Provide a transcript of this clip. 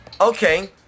Okay